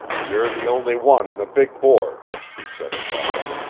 you're the only one in the big board, he said at last.